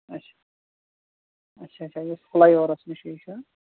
اچھا اچھا اچھا یُس فٕلے اوٚورَس نِشی چھُ